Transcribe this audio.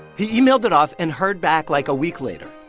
he emailed it off and heard back, like, a week later.